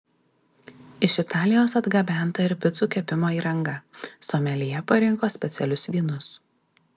iš italijos atgabenta ir picų kepimo įranga someljė parinko specialius vynus